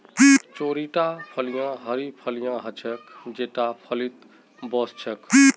चौड़ीटा फलियाँ हरी फलियां ह छेक जेता फलीत वो स छेक